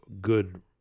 good